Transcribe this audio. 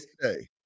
today